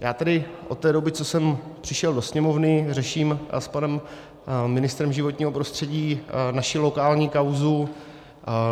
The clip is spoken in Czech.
Já tedy od té doby, co jsem přišel do Sněmovny, řeším s panem ministrem životního prostředí naši lokální kauzu